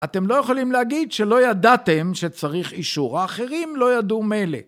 אתם לא יכולים להגיד שלא ידעתם שצריך אישור האחרים, לא ידעו מילא.